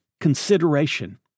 consideration